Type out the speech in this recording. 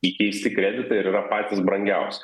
įkeisti kreditai ir yra patys brangiausi